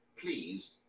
Please